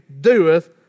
doeth